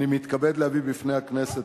אני מתכבד להביא בפני הכנסת